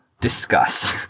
discuss